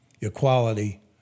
equality